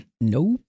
Nope